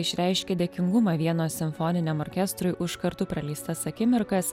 išreiškė dėkingumą vienos simfoniniam orkestrui už kartu praleistas akimirkas